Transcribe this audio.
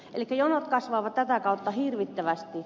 jonot kasvavat tätä kautta hirvittävästi